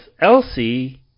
Elsie